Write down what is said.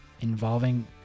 involving